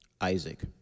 isaac